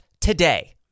today